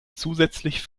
zusätzlich